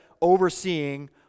overseeing